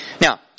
Now